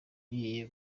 ugiye